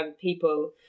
people